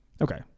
Okay